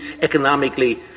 economically